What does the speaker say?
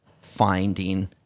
finding